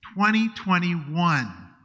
2021